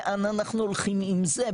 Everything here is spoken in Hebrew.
לאן אנחנו הולכים עם זה?